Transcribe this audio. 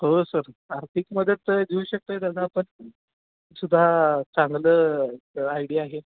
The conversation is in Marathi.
हो सर आर्थिक मदत त देऊ शकतो आहे त्यांना आपण ही सुद्धा चांगलं आयडिया आहे